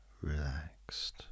relaxed